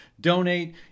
donate